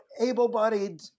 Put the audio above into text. able-bodied